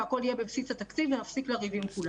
הכול יהיה בבסיס התקציב ונפסיק לריב עם כולם.